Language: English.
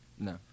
No